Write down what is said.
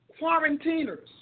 quarantiners